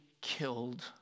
killed